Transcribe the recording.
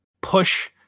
push